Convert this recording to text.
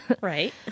Right